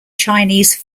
chinese